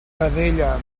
vedella